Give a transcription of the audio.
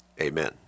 Amen